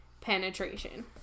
penetration